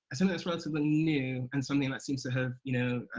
some of this relatively new, and some that seems to have, you know,